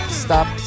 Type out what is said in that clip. stop